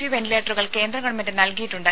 U വെന്റിലേറ്ററുകൾ കേന്ദ്ര government നൽകിയിട്ടുണ്ട്